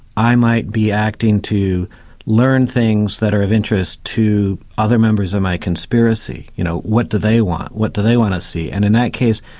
i might be acting to learn things that are of interest to other members of my conspiracy, you know, what do they want? what do they want to see? and in that case,